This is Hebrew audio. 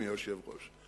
אדוני היושב-ראש?